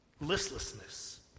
listlessness